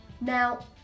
Now